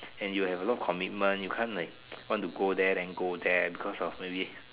and you have a lot of commitment you can't like want to go there then go there because of maybe